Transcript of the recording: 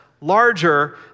larger